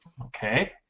Okay